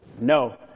no